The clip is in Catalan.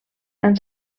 han